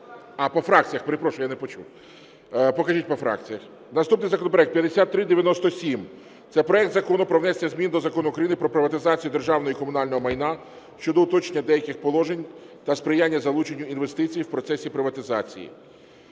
А, по фракціях. Перепрошую, я не почув. Покажіть по фракціях. Наступний законопроект 5397 – це проект Закону про внесення змін до Закону України “Про приватизацію державного і комунального майна” щодо уточнення деяких положень та сприяння залученню інвестицій в процесі приватизації.